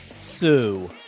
sue